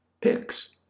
picks